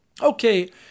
Okay